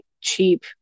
cheap